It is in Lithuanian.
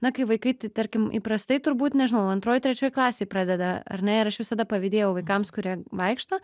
na kai vaikai tai tarkim įprastai turbūt nežinau antroj trečioj klasėj pradeda ar ne ir aš visada pavydėjau vaikams kurie vaikšto